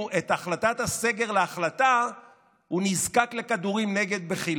את החלטת הסגר להחלטה הוא נזקק לכדורים נגד בחילה.